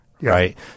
right